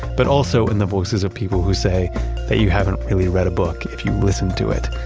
but also in the voices of people who say that you haven't really read a book if you've listened to it.